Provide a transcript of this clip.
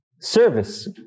service